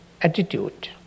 attitude